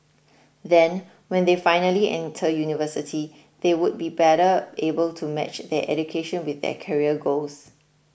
then when they finally enter university they would be better able to match their education with their career goals